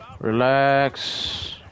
Relax